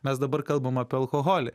mes dabar kalbam apie alkoholį